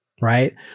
Right